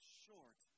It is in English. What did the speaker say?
short